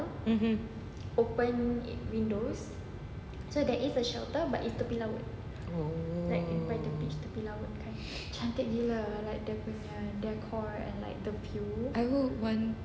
mmhmm oh I would want